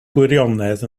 gwirionedd